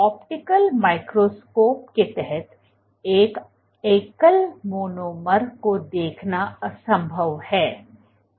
optical microscope के तहत एक एकल मोनोमर को देखना असंभव है